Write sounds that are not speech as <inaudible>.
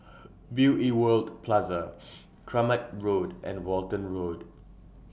<noise> Beauty World Plaza <noise> Kramat Road and Walton Road